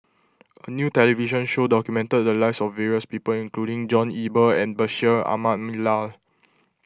a new television show documented the lives of various people including John Eber and Bashir Ahmad Mallal